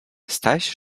staś